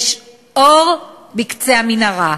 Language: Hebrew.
יש אור בקצה המנהרה.